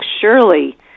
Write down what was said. surely